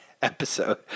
Episode